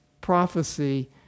prophecy